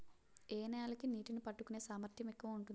ఏ నేల కి నీటినీ పట్టుకునే సామర్థ్యం ఎక్కువ ఉంటుంది?